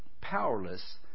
powerless